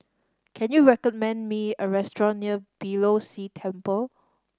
can you recommend me a restaurant near Beeh Low See Temple